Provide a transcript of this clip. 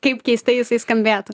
kaip keistai jisai skambėtų